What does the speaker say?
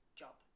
job